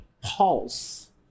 pulse